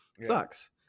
sucks